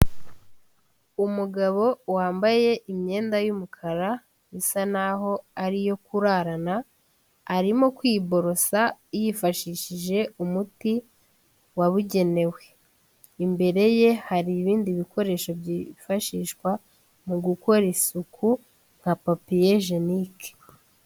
Umugabo wambaye imyenda y'umukara isa naho ari iyo kurarana, arimo kwiborosa yifashishije umuti wabugenewe, imbere ye hari ibindi bikoresho byifashishwa mu gukora isuku nka popiye jenike.